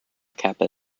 kappa